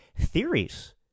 theories